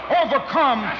overcome